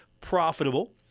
profitable